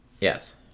Yes